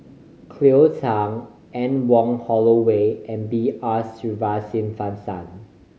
Cleo Thang Anne Wong Holloway and B R Sreenivasan